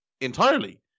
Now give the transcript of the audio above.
entirely